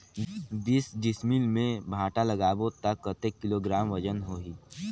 बीस डिसमिल मे भांटा लगाबो ता कतेक किलोग्राम वजन होही?